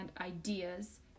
ideas